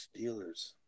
Steelers